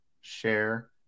share